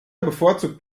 bevorzugt